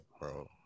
bro